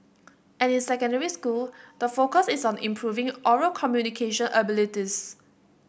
and in secondary school the focus is on improving oral communication abilities